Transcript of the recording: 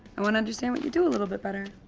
i wanna understand what you do a little bit better.